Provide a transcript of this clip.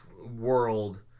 world